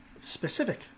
specific